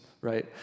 right